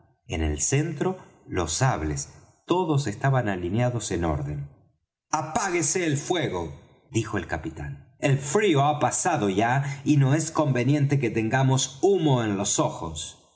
en el centro los sables todos estaban alineados en orden apáguese el fuego dijo el capitán el frío ha pasado ya y no es conveniente que tengamos humo en los ojos